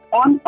on